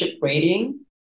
rating